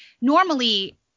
Normally